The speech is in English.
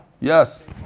Yes